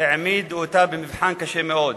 העמיד אותה במבחן קשה מאוד,